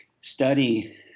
study